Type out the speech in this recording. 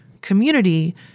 community